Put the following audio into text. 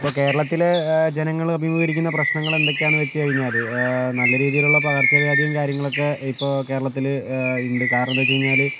ഇപ്പോൾ കേരളത്തിലെ ജനങ്ങൾ അഭിമുഖീകരിക്കുന്ന പ്രശ്നങ്ങൾ എന്തക്കെയാണ് എന്ന് വെച്ച് കഴിഞ്ഞാല് നല്ല രീതിയിലുള്ള പകർച്ച വ്യാധിയും കാര്യങ്ങളൊക്കെ ഇപ്പോൾ കേരളത്തില് ഉണ്ട് കാരണം എന്താ എന്ന് വെച്ച് കഴിഞ്ഞാല്